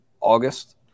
August